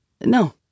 No